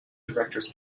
directors